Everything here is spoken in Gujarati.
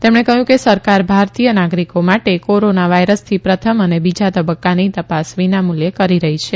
તેમણ કહયું કે સરકાર ભારતીય નાગરીકો માટે કોરોના વાથરસની પ્રથમ અને બીજા તબકકાની તપાસ વિના મુલ્યે કરી રહી છે